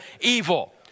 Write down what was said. evil